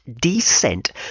descent